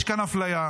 יש כאן אפליה.